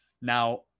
Now